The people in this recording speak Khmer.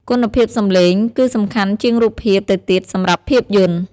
គុណភាពសំឡេង គឺសំខាន់ជាងរូបភាពទៅទៀតសម្រាប់ភាពយន្ត។